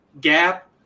gap